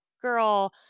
girl